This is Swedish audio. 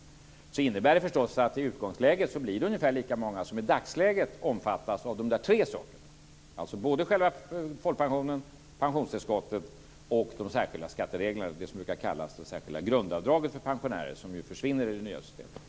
bättre, innebär det förstås att i utgångsläget blir det ungefär lika många som i dagsläget omfattas av de tre sakerna, både folkpensionen, pensionstillskottet och de särskilda skattereglerna, dvs. det särskilda grundavdraget för pensionärer som försvinner i det nya systemet.